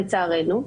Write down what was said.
לצערנו,